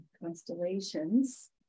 constellations